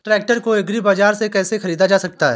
Tractor को agri बाजार से कैसे ख़रीदा जा सकता हैं?